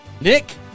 Nick